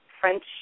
French